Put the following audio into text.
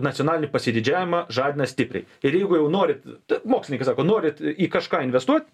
nacionalinį pasididžiavimą žadina stipriai ir jeigu jau norit mokslininkai sako norit į kažką investuot